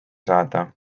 saada